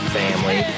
family